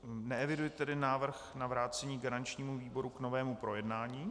Neeviduji návrh na vrácení garančnímu výboru k novému projednání.